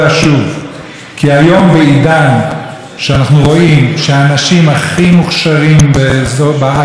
בעידן שאנחנו רואים שהאנשים הכי מוכשרים בהייטק ובמשק,